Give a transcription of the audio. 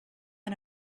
and